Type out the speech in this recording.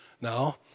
Now